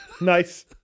Nice